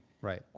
Right